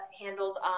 handles